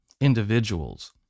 individuals